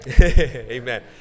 Amen